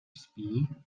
spí